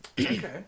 Okay